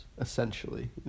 essentially